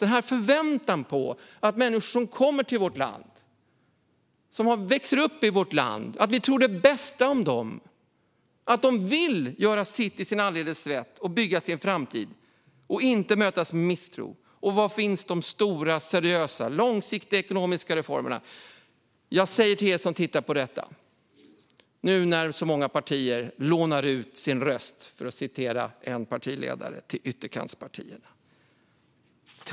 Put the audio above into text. Det är förväntan på de människor som kommer till vårt land och som växer upp i vårt land. Det handlar om att vi tror det bästa om dem, att de vill göra sitt i sitt anletes svett och bygga sin framtid, och att de inte ska mötas med misstro. Var finns de stora, seriösa, långsiktiga ekonomiska reformerna? Jag säger det till er som tittar på detta, nu när så många partier lånar ut sin röst till ytterkantspartierna, för att citera en partiledare.